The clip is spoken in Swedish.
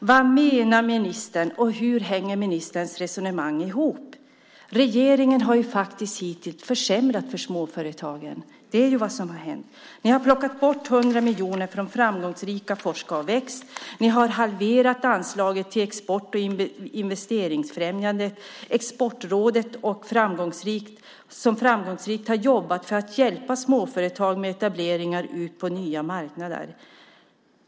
Vad menar ministern? Hur hänger ministerns resonemang ihop? Regeringen har hittills försämrat för småföretagen. Ni har plockat bort 100 miljoner från framgångsrika Forska och väx. Ni har halverat anslaget till export och investeringsfrämjandet, Exportrådet, som framgångsrikt har jobbat för att hjälpa småföretag med etablering på nya marknader.